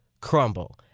crumble